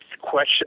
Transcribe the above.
question